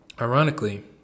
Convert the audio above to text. Ironically